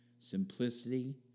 Simplicity